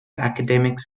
academics